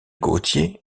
gaultier